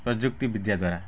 ପ୍ରଯୁକ୍ତିବିଦ୍ୟା ଦ୍ଵାରା